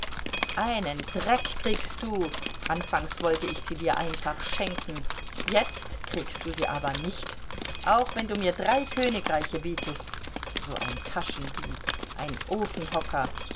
einen dreck kriegst du anfangs wollte ich sie dir einfach schenken jetzt kriegst du sie aber nicht auch wenn du mir drei königreiche bietest so ein taschendieb ein